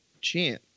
Champ